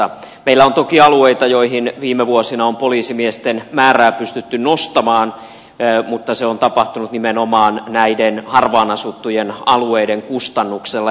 meillä on toki alueita joilla viime vuosina on poliisimiesten määrää pystytty nostamaan mutta se on tapahtunut nimenomaan näiden harvaan asuttujen alueiden kustannuksella